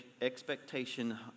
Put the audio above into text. expectation